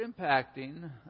impacting